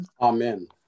Amen